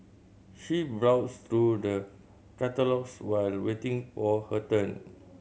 she browsed through the catalogues while waiting for her turn